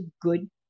good